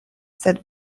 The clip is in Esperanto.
sed